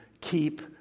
keep